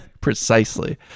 Precisely